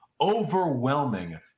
overwhelming